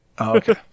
okay